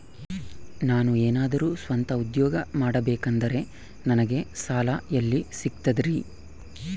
ನಾನು ಏನಾದರೂ ಸ್ವಂತ ಉದ್ಯೋಗ ಮಾಡಬೇಕಂದರೆ ನನಗ ಸಾಲ ಎಲ್ಲಿ ಸಿಗ್ತದರಿ?